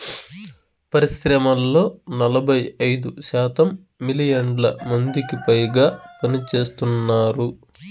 పరిశ్రమల్లో నలభై ఐదు శాతం మిలియన్ల మందికిపైగా పనిచేస్తున్నారు